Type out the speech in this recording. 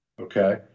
okay